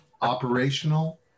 operational